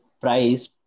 price